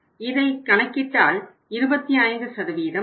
இதை கணக்கிட்டால் 25 ஆகும்